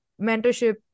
mentorship